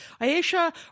Ayesha